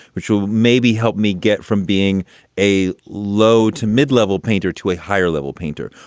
which will maybe help me get from being a low to mid-level painter to a higher level painter,